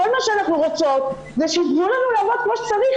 כל מה שאנחנו רוצות זה שיתנו לנו לעבוד כמו שצריך,